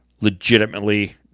legitimately